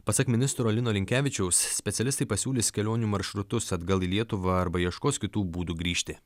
pasak ministro lino linkevičiaus specialistai pasiūlys kelionių maršrutus atgal į lietuvą arba ieškos kitų būdų grįžti